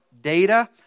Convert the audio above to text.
data